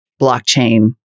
blockchain